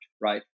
right